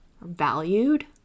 valued